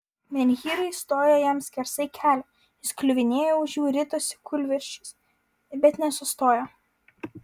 menhyrai stojo jam skersai kelio jis kliuvinėjo už jų ritosi kūlvirsčias bet nesustojo